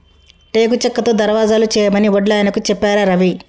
టేకు చెక్కతో దర్వాజలు చేయమని వడ్లాయనకు చెప్పారా రవి